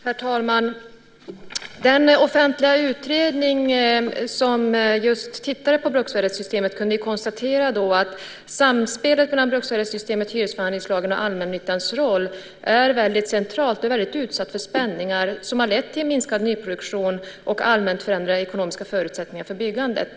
Herr talman! Den offentliga utredning som tittade på bruksvärdessystemet konstaterade att samspelet mellan bruksvärdessystemet, hyresförhandlingslagen och allmännyttans roll är väldigt centralt och utsatt för spänningar som har lett till minskad nyproduktion och allmänt förändrade ekonomiska förutsättningar för byggandet.